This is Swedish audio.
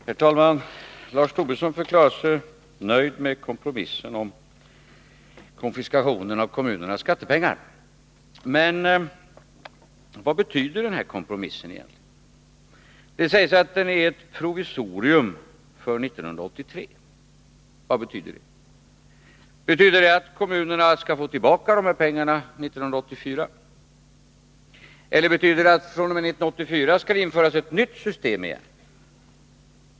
Herr talman! Lars Tobisson förklarar sig nöjd med kompromissen om konfiskationen av kommunernas skattepengar. Vad betyder den här kompromissen egentligen? Det sägs att den är ett provisorium för 1983. Vad betyder det? Betyder det att kommunerna skall få tillbaka de här pengarna 1984? Eller betyder det att fr.o.m. 1984 skall det införas ett nytt system?